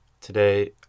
Today